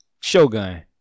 Shogun